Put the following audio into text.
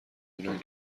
دونن